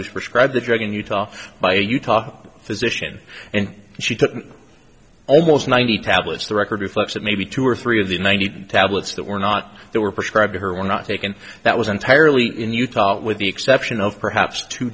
was prescribed the drug in utah by a utah physician and she took almost ninety tablets the record reflects that maybe two or three of the ninety tablets that were not that were prescribed to her were not taken that was entirely in utah with the exception of perhaps two